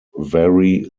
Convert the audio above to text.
vary